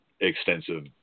extensive